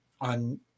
on